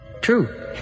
True